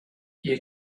you